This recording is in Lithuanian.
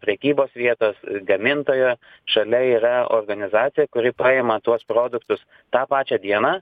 prekybos vietos gamintojo šalia yra organizacija kuri paima tuos produktus tą pačią dieną